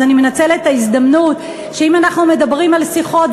אז אני מנצלת את ההזדמנות שאם אנחנו מדברים על שיחות,